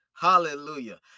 Hallelujah